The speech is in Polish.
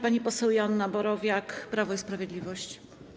Pani poseł Joanna Borowiak, Prawo i Sprawiedliwość.